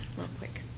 real quick.